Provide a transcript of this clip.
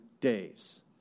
days